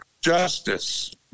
justice